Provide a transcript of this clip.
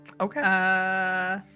Okay